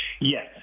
Yes